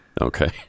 Okay